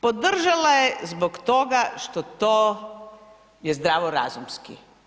Podržala je zbog toga što to je zdravorazumski.